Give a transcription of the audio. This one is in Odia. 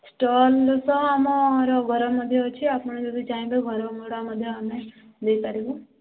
ଷ୍ଟଲ୍ ତ ଆମର ଘର ମଧ୍ୟ ଅଛି ଆପଣ ଯଦି ଚାହିଁବେ ଘର ଭଡ଼ା ମଧ୍ୟ ଆମେ ଦେଇପାରିବୁ